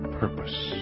purpose